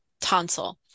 tonsil